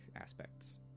aspects